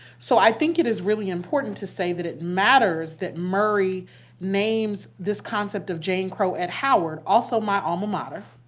so i think it is really important to say that it matters that murray names this concept of jane crow at howard also my alma mater